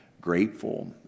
grateful